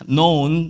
known